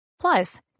Plus